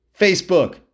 Facebook